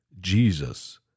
Jesus